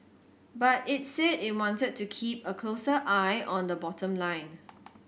but it's said it wanted to keep a closer eye on the bottom line